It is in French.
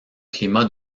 climat